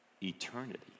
eternity